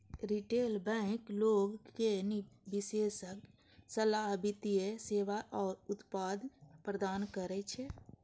retail bank लोग कें विशेषज्ञ सलाह, वित्तीय सेवा आ उत्पाद प्रदान करै छै